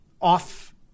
off